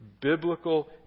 biblical